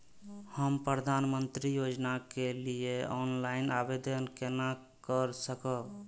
हम प्रधानमंत्री योजना के लिए ऑनलाइन आवेदन केना कर सकब?